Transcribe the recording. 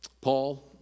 Paul